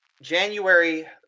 January